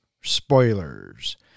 spoilers